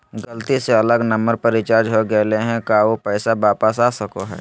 गलती से अलग नंबर पर रिचार्ज हो गेलै है का ऊ पैसा वापस आ सको है?